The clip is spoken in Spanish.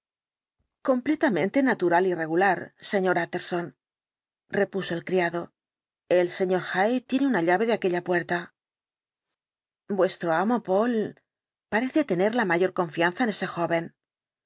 completamente natural y regular sr utterson repuso el criado el sr hyde tiene una llave de aquella puerta vuestro amo poole parece tener la mayor confianza en ese joven